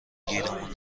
گیرمون